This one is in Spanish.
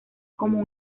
como